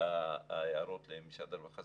ההערות למשרד הרווחה.